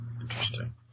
Interesting